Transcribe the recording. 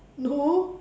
no